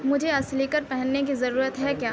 مجھے آج سلیکر پہننے کی ضرورت ہے کیا